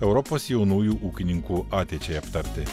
europos jaunųjų ūkininkų ateičiai aptarti